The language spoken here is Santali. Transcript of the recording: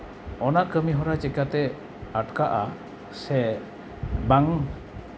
ᱚᱱᱟ ᱠᱟᱹᱢᱤᱦᱚᱨᱟ ᱪᱤᱠᱟᱹᱛᱮ ᱟᱴᱠᱟᱜᱼᱟ ᱥᱮ ᱵᱟᱝ